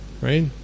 right